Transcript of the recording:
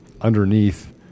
underneath